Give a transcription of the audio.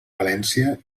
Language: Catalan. valència